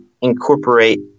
incorporate